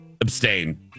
abstain